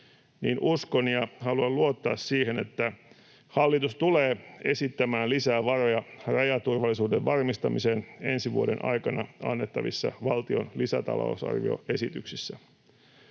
vuoden 2024 tarpeeseen, niin hallitus tulee esittämään lisää varoja rajaturvallisuuden varmistamiseen ensi vuoden aikana annettavissa valtion lisätalousarvioesityksissä.